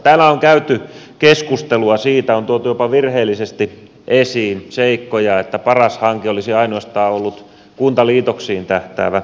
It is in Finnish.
täällä on käyty keskustelua siitä on tuotu jopa virheellisesti esiin seikkoja että paras hanke olisi ollut ainoastaan kuntaliitoksiin tähtäävä hanke